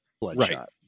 Bloodshot